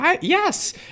Yes